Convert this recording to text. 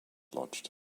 lodged